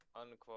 unquote